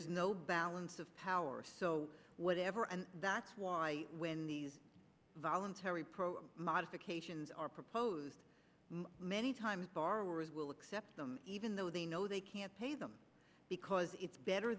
is no balance of power so whatever and that's why when these voluntary program modifications are proposed many times borrowers will accept them even though they know they can't pay them because it's better